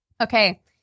Okay